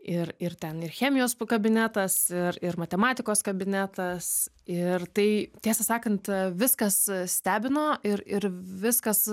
ir ir ten ir chemijos kabinetas ir ir matematikos kabinetas ir tai tiesą sakant viskas stebino ir ir viskas